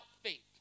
faith